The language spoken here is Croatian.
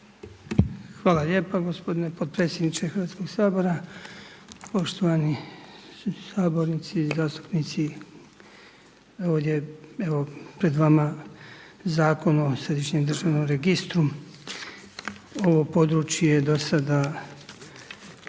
Hvala lijepa gospodine potpredsjedniče Hrvatskoga sabora, poštovani sabornici. Ovdje je evo pred vama Zakon o središnjem državnom registru. Ovo područje je dosada,